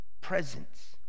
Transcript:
presence